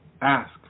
Ask